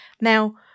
Now